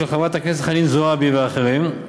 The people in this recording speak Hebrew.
של חברת הכנסת חנין זועבי ואחרים,